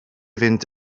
fynd